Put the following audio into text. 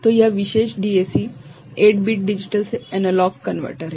तो यह विशेष DAC 8 बिट डिजिटल से एनालॉग कनवर्टर है